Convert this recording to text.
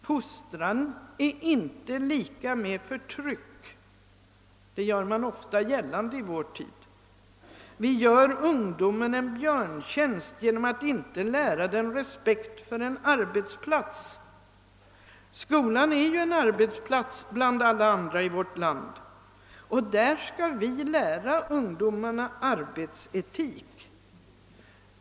Fostran är inte lika med förtryck. Det gör man ofta gällande i vår tid. Vi gör ungdomen en björntjänst genom att inte lära den respekt för en arbetsplats. Skolan är ju en arbetsplats bland alla andra i vårt land, och där skall vi lära ungdomen arbetsetik.